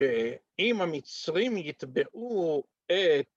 אם המצרים יטבעו...